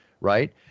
right